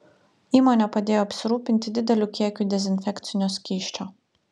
įmonė padėjo apsirūpinti dideliu kiekiu dezinfekcinio skysčio